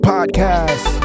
Podcast